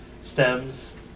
stems